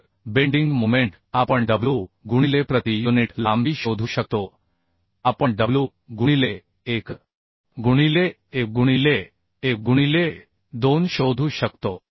तर bending moment आपणw गुणिले प्रति युनिट लांबी शोधू शकतो आपण w गुणिले 1 गुणिले a गुणिले a गुणिले 2 शोधू शकतो